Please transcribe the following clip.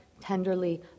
tenderly